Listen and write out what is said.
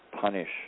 punish